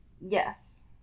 Yes